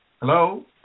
Hello